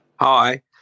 Hi